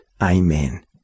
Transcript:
Amen